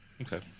Okay